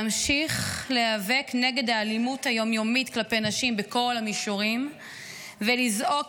להמשיך להיאבק נגד האלימות היום-יומית כלפי נשים בכל המישורים ולזעוק